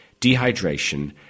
dehydration